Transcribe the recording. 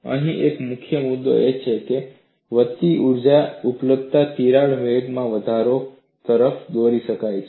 અહીં એક મુખ્ય મુદ્દો એ છે કે વધતી ઊર્જા ઉપલબ્ધતા તિરાડ વેગમાં વધારો તરફ દોરી જાય છે